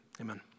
amen